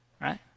Right